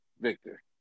Victor